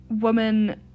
woman